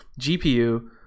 GPU